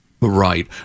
Right